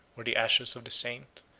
or the ashes of the saint,